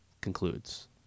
concludes